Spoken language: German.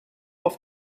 auf